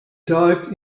dived